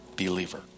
believer